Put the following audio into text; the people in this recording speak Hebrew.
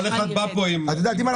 כל אחד בא עם מסקנות,